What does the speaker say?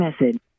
message